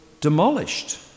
demolished